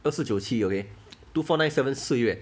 二四九七 okay two four nine seven 四月